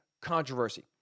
controversy